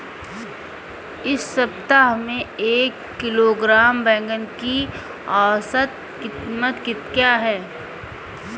इस सप्ताह में एक किलोग्राम बैंगन की औसत क़ीमत क्या है?